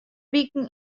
wiken